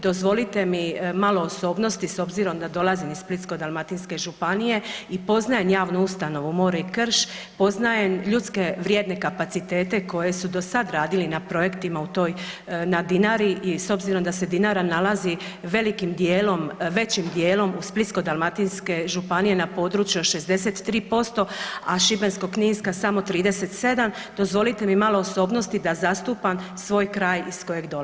Dozvolite mi malo osobnosti s obzirom da dolazim iz Splitsko-dalmatinske županije i poznajem Javnu ustanovu More i krš, poznajem ljudske vrijedne kapacitete koji su do sad radili na projektima u toj na Dinari i s obzirom da se Dinara nalazi velikim dijelom, većim dijelom u Splitsko-dalmatinske županije na području od 63%, a Šibensko-kninska samo 37, dozvolite mi malo osobnosti da zastupam svoj kraj iz kojeg dolazim.